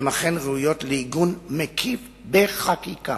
והן אכן ראויות לעיגון מקיף בחקיקה.